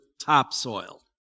topsoil